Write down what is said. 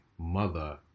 mother